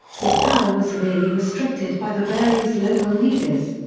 his power was severely restricted by the various local leaders.